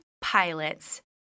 pilots